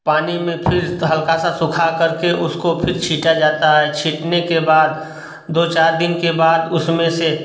पानी में फिर हल्का सा सूखा करके उसको फिर छीटा जाता है छीटने के बाद दो चार दिन के बाद उसमें से